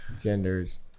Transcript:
genders